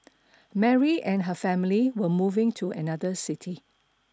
Mary and her family were moving to another city